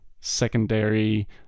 secondary